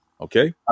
okay